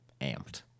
amped